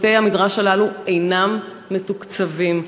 בתי-המדרש הללו אינם מתוקצבים.